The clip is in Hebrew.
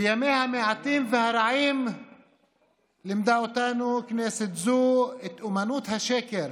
בימיה המעטים והרעים לימדה אותנו כנסת זו את אומנות השקר